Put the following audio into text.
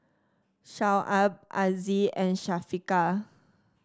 Shoaib Aziz and Syafiqah